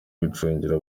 gucungira